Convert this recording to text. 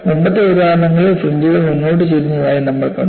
മുമ്പത്തെ ഉദാഹരണങ്ങളിൽ ഫ്രിഞ്ച്കൾ മുന്നോട്ട് ചരിഞ്ഞതായി നമ്മൾ കണ്ടു